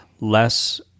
Less